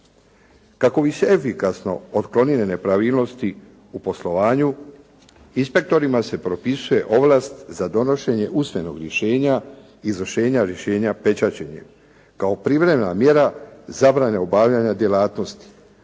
Kako bi se efikasno otklonile nepravilnosti u poslovanju inspektorima se propisuje ovlast za donošenje usmenog rješenja izvršenja rješenja pečačenjem, kao privremena mjera zabrane obavljanja djelatnosti.